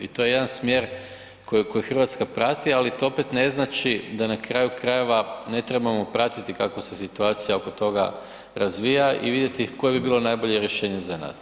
I to je jedan smjer koji Hrvatska prati, ali to opet ne znači da na kraju krajeva, ne trebamo pratiti kako se situacija oko toga razvija i vidjeti koje bi bilo najbolje rješenje za nas.